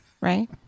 right